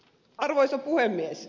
arvoisa puhemies